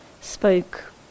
spoke